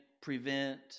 prevent